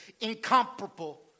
incomparable